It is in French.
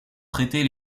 traiter